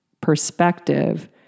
perspective